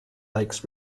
lakes